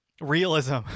realism